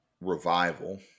revival